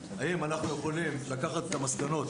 האם אנחנו יכולים לקחת את המסקנות